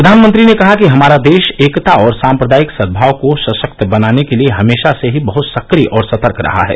प्रधानमंत्री ने कहा कि हमारा देश एकता और सांप्रदायिक सद्भाव को सशक्त बनाने के लिए हमेशा से ही बहत सक्रिय और सतर्क रहा है